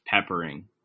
peppering